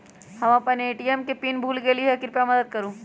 हम अपन ATM PIN भूल गेली ह, कृपया मदत करू